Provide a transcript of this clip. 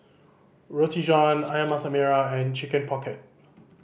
Roti John Ayam Masak Merah and Chicken Pocket